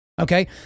Okay